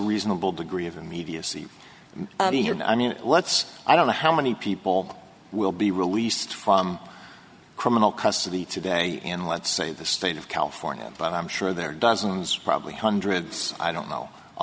reasonable degree of immediacy i mean what's i don't know how many people will be released criminal custody today in let's say the state of california but i'm sure there are dozens probably hundreds i don't know a